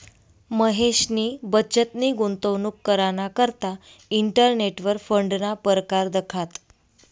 महेशनी बचतनी गुंतवणूक कराना करता इंटरनेटवर फंडना परकार दखात